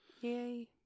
yay